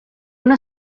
una